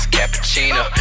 Cappuccino